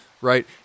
Right